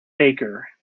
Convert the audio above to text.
baker